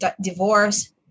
divorce